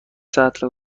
سطل